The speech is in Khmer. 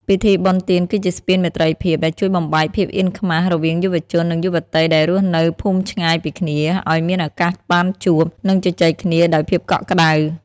ពិធីបុណ្យទានគឺជាស្ពានមេត្រីភាព ដែលជួយបំបែកភាពអៀនខ្មាសរវាងយុវជន និងយុវតីដែលរស់នៅភូមិឆ្ងាយពីគ្នា ឱ្យមានឱកាសបានជួប និងជជែកគ្នាដោយភាពកក់ក្ដៅ។